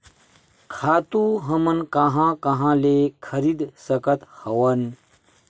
खातु हमन कहां कहा ले खरीद सकत हवन?